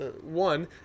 One